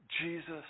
Jesus